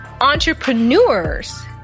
Entrepreneurs